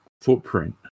footprint